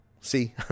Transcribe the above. See